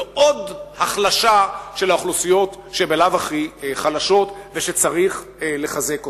לעוד החלשה של האוכלוסיות שהן בלאו-הכי חלשות וצריך לחזק אותן.